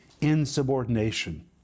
insubordination